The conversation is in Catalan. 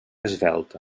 esvelta